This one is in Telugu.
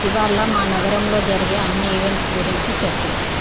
ఇవాళ మా నగరంలో జరిగే అన్నిఈవెంట్స్ గురించి చెప్పు